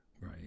Right